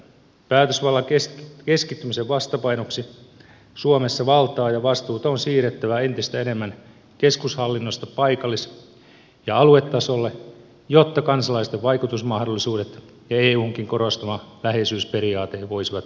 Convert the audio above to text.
päätösvallan keskittymisen vastapainoksi suomessa valtaa ja vastuuta on siirrettävä entistä enemmän keskushallinnosta paikallis ja aluetasolle jotta kansalaisten vaikutusmahdollisuudet ja eunkin korostama läheisyysperiaate voisivat aidosti toteutua